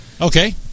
Okay